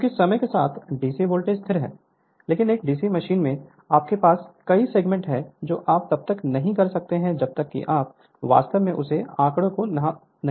क्योंकि समय के साथ डीसी वोल्टेज स्थिर है लेकिन एक डीसी मशीन में आपके पास कई सेगमेंट हैं जो आप तब तक नहीं कर सकते जब तक कि आप वास्तव में उस आंकड़े को नहीं कहते